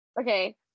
Okay